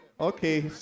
Okay